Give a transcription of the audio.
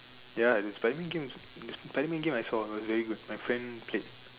ya the Spiderman game is is the Spiderman game I saw it was very good my friend played